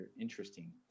interesting